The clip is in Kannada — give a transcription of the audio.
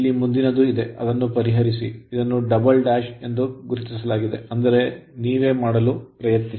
ಇಲ್ಲಿ ಮುಂದಿನದು ಇದೆ ಅದನ್ನು ಪರಿಹರಿಸಿ ಇದನ್ನು ಡಬಲ್ ಡ್ಯಾಶ್ ಎಂದು ಗುರುತಿಸಲಾಗಿದೆ ಅಂದರೆ ನೀವೇ ಮಾಡಲು ಪ್ರಯತ್ನಿಸಿ